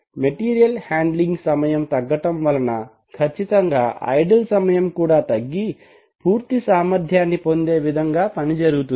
material handling సమయం తగ్గటం వలన ఖచ్చితంగా ఐడిల్ సమయం కూడా తగ్గి పూర్తి సామర్ధ్యాన్ని పొందే విధంగా పని జరుగుతుంది